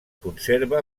conserva